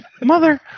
Mother